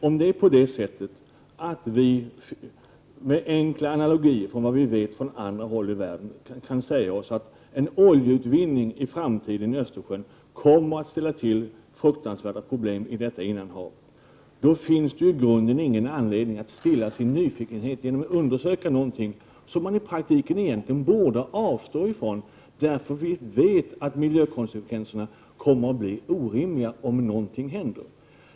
Om vi genom enkla analogier från vad vi vet från andra hålli världen kan säga att en oljeutvinning i Östersjön i framtiden kommer att ställa till fruktansvärda problem i detta innanhav, finns det ju i grunden ingen anledning att stilla vår nyfikenhet. Vi bör inte undersöka någonting som man i praktiken borde avstå från, eftersom vi vet att miljökonsekvenserna kommer att bli orimliga om någonting händer.